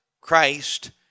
Christ